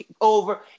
over